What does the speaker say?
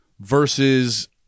versus